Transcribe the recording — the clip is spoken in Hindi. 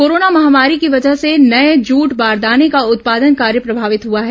कोरोना महामारी की वजह से नये जूट बारदाने का उत्पादन कार्य प्रभावित हुआ है